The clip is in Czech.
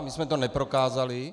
My jsme to neprokázali.